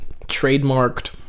trademarked